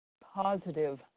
positive